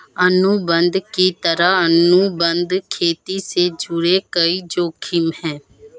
अनुबंध की तरह, अनुबंध खेती से जुड़े कई जोखिम है